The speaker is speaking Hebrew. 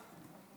356,